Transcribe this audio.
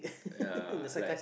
ya like